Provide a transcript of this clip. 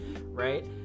right